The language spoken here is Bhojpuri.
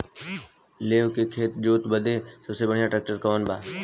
लेव के खेत जोते बदे सबसे बढ़ियां ट्रैक्टर कवन बा?